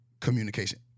communication